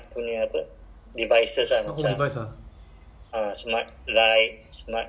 no but the smart oven kan like is there a brand for smart oven now